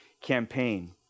campaign